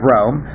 Rome